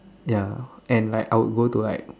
ya and like I would go to like